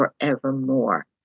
forevermore